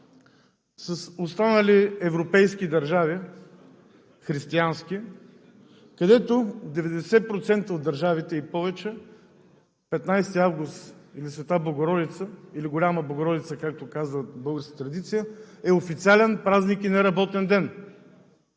справка с европейски държави – християнски. В 90% и повече от тях 15 август, или Света Богородица, или Голяма Богородица, както казва българската традиция, е официален празник и неработен ден.